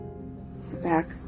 back